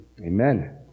amen